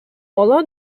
ала